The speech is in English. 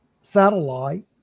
satellite